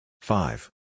Five